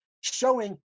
showing